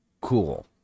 cool